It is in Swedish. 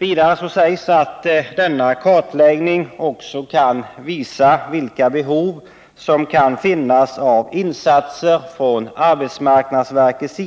Vidare sägs att denna kartläggning också kan visa vilka behov som kan finnas av insatser från arbetsmarknadsverket